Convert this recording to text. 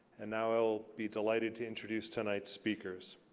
and now i'll be delighted to introduce tonight's speakers.